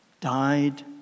died